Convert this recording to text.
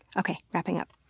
okay, wrapping up.